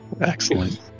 Excellent